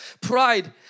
Pride